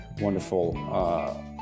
wonderful